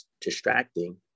distracting